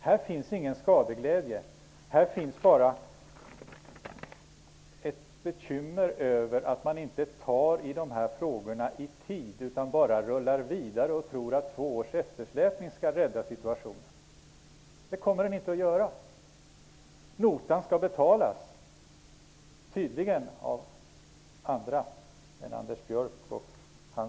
Här finns ingen skadeglädje, bara ett bekymmer över att man inte tar itu med dessa frågor i tid utan bara rullar vidare och tror att två års eftersläpning skall rädda situationen. Det kommer den inte att göra. Notan skall tydligen betalas av andra än Anders